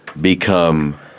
become